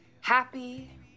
happy